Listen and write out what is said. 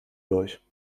durch